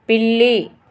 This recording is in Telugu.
పిల్లి